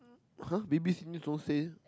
!huh! B_B_C news don't say